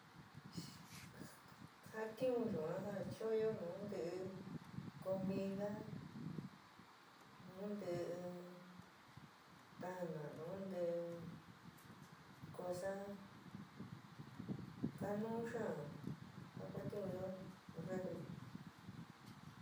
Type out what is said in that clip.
Jatiún yu'an ja chu'unyo nuu ntɨ comida nu ntɨ tana nu ntɨ cosa, kanuú xaán ja kuatiunyo refri.